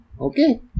Okay